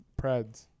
Preds